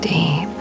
Deep